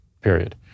period